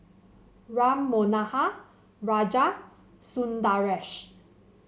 Ram Manohar Raja Sundaresh